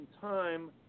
time